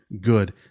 good